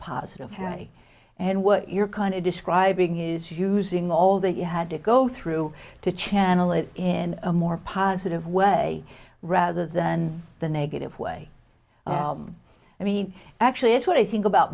positive way and what you're kind of describing is using all that you had to go through to channel it in a more positive way rather than the negative way i mean actually it's what i think about